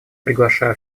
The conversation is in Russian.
приглашаю